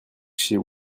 chez